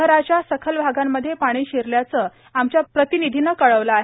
शहराच्या सखल आगांमध्ये पाणी शिरल्याचं आमच्या प्रतिनिधीनं कळवलं आहे